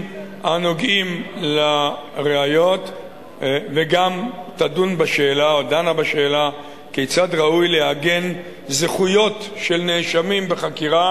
הנוגעים לראיות וגם דנה בשאלה כיצד ראוי לעגן זכויות של נחקרים,